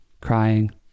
crying